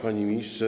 Panie Ministrze!